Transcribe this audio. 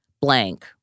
blank